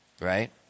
Right